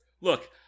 Look